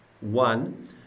one